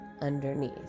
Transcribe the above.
underneath